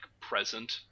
present